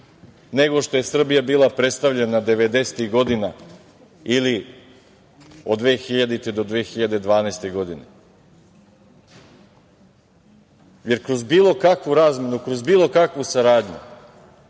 nego što je Srbija bila predstavljena devedesetih godina ili od 2000. do 2012. godine, jer kroz bilo kakvu razmenu, kroz bilo kakvu saradnju